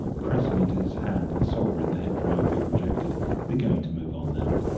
pressing into his hand the sovereign the head driver had rejected they're going to move on now.